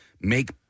make